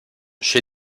chez